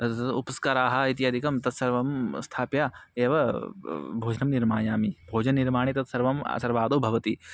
एतद् उपस्कराः इत्यादिकं तत् सर्वं स्थाप्य एव भोजनं निर्मामि भोजनस्य निर्माणे तत् सर्वं सर्वादौ भवति